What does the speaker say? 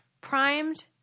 primed